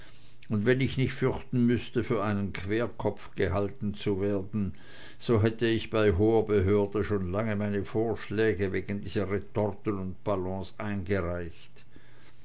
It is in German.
und wenn ich nicht fürchten müßte für einen querkopf gehalten zu werden so hätt ich bei hoher behörde schon lange meine vorschläge wegen dieser retorten und ballons eingereicht